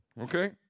okay